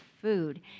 food